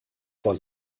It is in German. vor